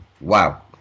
Wow